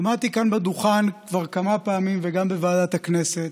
עמדתי כאן בדוכן כבר כמה פעמים, וגם בוועדת הכנסת,